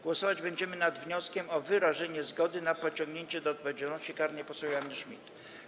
Głosować będziemy nad wnioskiem o wyrażenie zgody na pociągnięcie do odpowiedzialności karnej poseł Joanny Schmidt.